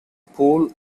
pool